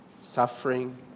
suffering